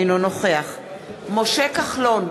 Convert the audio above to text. אינו נוכח משה כחלון,